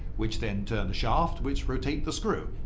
which then turn the shaft, which rotate the screw.